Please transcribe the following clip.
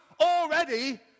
already